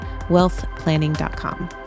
wealthplanning.com